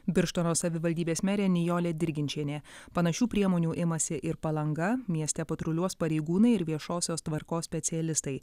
birštono savivaldybės merė nijolė dirginčienė panašių priemonių imasi ir palanga mieste patruliuos pareigūnai ir viešosios tvarkos specialistai